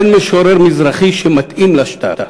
אין משורר מזרחי שמתאים לשטר,